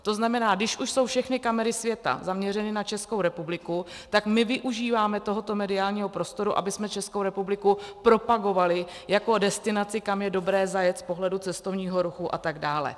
To znamená, když už jsou všechny kamery světa zaměřeny na Českou republiku, tak my využíváme tohoto mediálního prostoru, abychom Českou republiku propagovali jako destinaci, kam je dobré zajet z pohledu cestovního ruchu a tak dále.